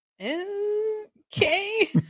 Okay